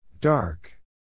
Dark